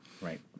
right